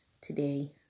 today